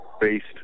based